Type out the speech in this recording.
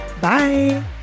Bye